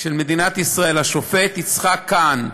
של מדינת ישראל, השופט יצחק כהן,